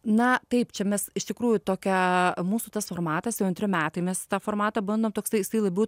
na taip čia mes iš tikrųjų tokia mūsų tas formatas jau antri metai mes tą formatą bandom toksai jisai labiau